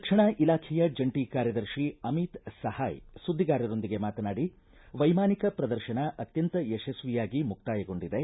ರಕ್ಷಣಾ ಇಲಾಖೆಯ ಜಂಟ ಕಾರ್ಯದರ್ಶಿ ಅಮಿತ್ ಸಹಾಯ್ ಸುದ್ದಿಗಾರರೊಂದಿಗೆ ಮಾತನಾಡಿ ವೈಮಾನಿಕ ಶ್ರದರ್ಶನ ಅತ್ತಂತ ಯಶಸ್ವಿಯಾಗಿ ಮುಕ್ತಾಯಗೊಂಡಿದೆ